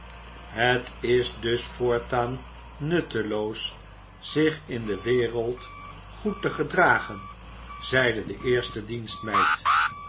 het is dus voortaan nutteloos zich in de wereld goed te gedragen zeide de eerste